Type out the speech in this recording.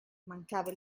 mancava